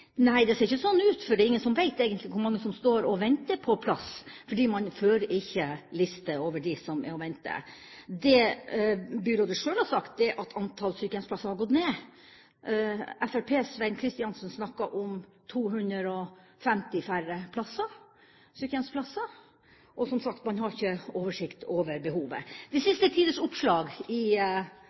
Nei, det ser ikke sånn ut, for det er ingen som egentlig vet hvor mange som står og venter på plass, for man fører ikke liste over dem som venter. Det byrådet sjøl har sagt, er at antall sykehjemsplasser har gått ned. Fremskrittspartiets Svenn Kristiansen snakket om 250 færre sykehjemsplasser. Som sagt: Man har ikke oversikt over behovet. De siste tiders oppslag i